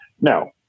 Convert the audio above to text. Now